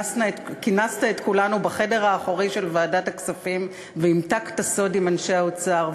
כינסת את כולנו בחדר האחורי של ועדת הכספים והמתקת סוד עם אנשי האוצר,